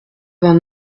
vingt